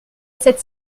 cette